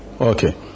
Okay